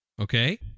okay